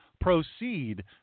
proceed